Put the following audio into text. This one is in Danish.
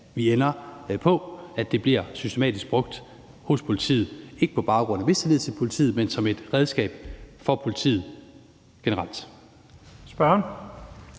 vi ender på, altså at det bliver systematisk brugt hos politiet, ikke på baggrund af mistillid til politiet, men som et redskab for politiet – en ret.